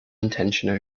intention